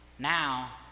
Now